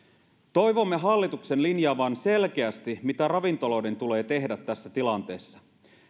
toivomme hallituksen linjaavan selkeästi mitä ravintoloiden tulee tehdä tässä tilanteessa